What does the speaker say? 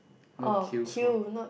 what queue for